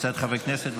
וקבוצת חברי הכנסת.